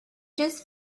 just